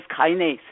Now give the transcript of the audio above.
kinase